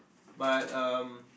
but um